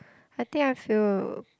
I think I feel